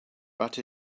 but